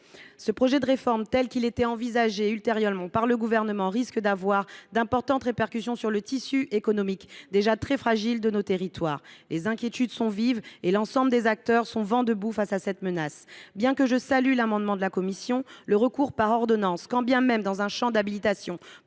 Ce projet de réforme, tel qu’il est envisagé par le Gouvernement, risque d’avoir d’importantes répercussions sur le tissu économique, déjà très fragile, de nos territoires. Les inquiétudes sont vives, et l’ensemble des acteurs sont vent debout face à cette menace. Bien que je salue l’amendement de la commission, le recours aux ordonnances, même dans un champ d’habilitation